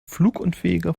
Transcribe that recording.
flugunfähiger